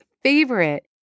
favorite